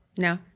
No